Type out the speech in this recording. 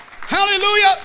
Hallelujah